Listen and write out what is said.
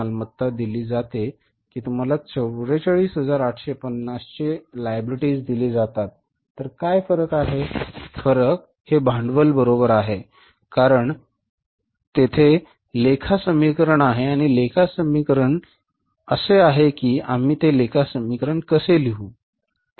फरक हे भांडवल बरोबर आहे कारण तेथे लेखा समीकरण आहे आणि ते लेखा समीकरण असे आहे की आम्ही ते लेखा समीकरण कसे लिहू